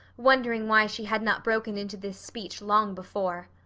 wondering why she had not broken into this speech long before,